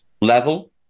level